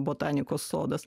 botanikos sodas